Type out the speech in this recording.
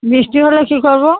বৃষ্টি হলে কী করবো